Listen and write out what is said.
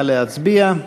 נא להצביע.